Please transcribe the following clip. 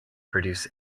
produce